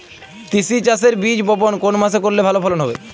তিসি চাষের বীজ বপন কোন মাসে করলে ভালো ফলন হবে?